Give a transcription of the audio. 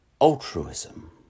altruism